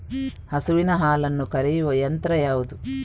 ಹಸುವಿನ ಹಾಲನ್ನು ಕರೆಯುವ ಯಂತ್ರ ಯಾವುದು?